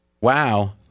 wow